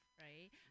right